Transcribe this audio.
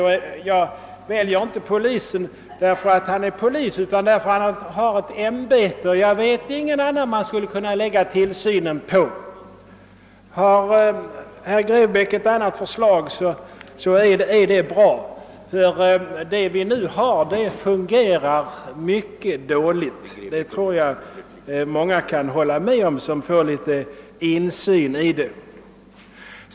Jag väljer inte polisen i detta sammanhang just på grund av hans egenskap att vara polis, utan därför att han har ett ämbete. Jag vet inte vem man annars skulle ålägga den tillsynsuppgiften. Om herr Grebäck har något annat förslag är det bra, ty det system vi nu har fungerar mycket dåligt. Jag tror att de som fått någon insyn i de nuvarande förhållandena kan hålla med om detta.